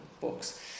books